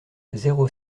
zéro